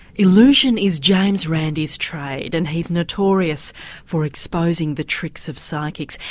illusion is james randi's trade and he's notorious for exposing the tricks of psychics,